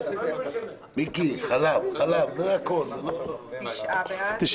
הצבעה בעד, 9